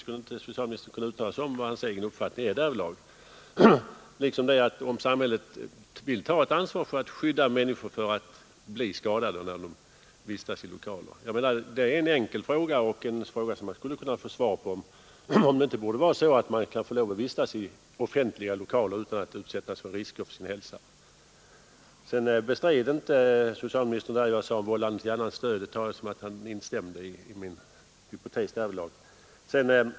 Skulle inte socialministern kunna uttala en egen uppfattning därvidlag liksom när det gäller om samhället vill ta ett ansvar för att skydda människor mot att bli skadade när de vistas i allmänna lokaler? Det är en enkel fråga, som man skulle kunna få svar på, om det inte borde vara så, att man kan få lov att vistas i offentliga lokaler utan att utsättas för risker för sin hälsa. Socialministern bestred inte vad jag sade om vållande till annans död och synes sålunda instämma i min hypotes därvidlag.